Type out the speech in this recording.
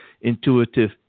intuitive